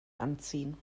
anziehen